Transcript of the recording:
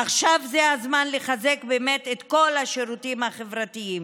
עכשיו זה הזמן לחזק באמת את כל השירותים החברתיים.